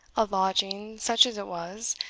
a lodging, such as it was,